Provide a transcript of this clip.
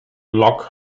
locke